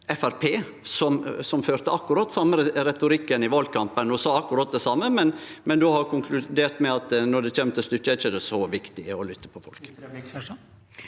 som førte akkurat den same retorikken i valkampen og sa akkurat det same, men som då har konkludert med at når det kjem til stykket, er det ikkje så viktig å lytte til folk.